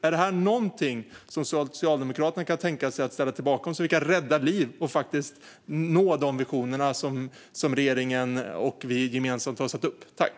Är det här någonting som Socialdemokraterna kan tänka sig att ställa sig bakom så att vi kan rädda liv och faktiskt nå de visioner som regeringen och vi gemensamt har?